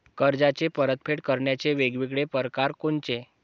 कर्जाची परतफेड करण्याचे वेगवेगळ परकार कोनचे?